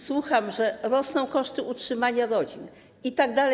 Słucham, że rosną koszty utrzymania rodzin itd.